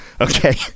Okay